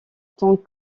tant